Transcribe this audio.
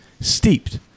steeped